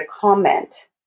comment